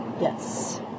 Yes